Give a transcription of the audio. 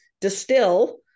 distill